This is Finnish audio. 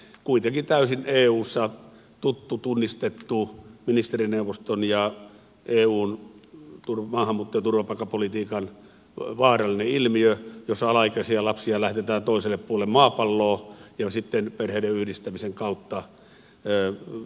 kuitenkin se on eussa täysin tuttu ministerineuvostossa tunnistettu eun maahanmuutto ja turvapaikkapolitiikan vaarallinen ilmiö jossa alaikäisiä lapsia lähetetään toiselle puolelle maapalloa ja sitten perheiden yhdistämisen kautta pyritään toimimaan